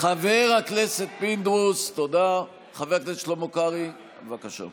חבר הכנסת שלמה קרעי, בבקשה.